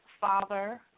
father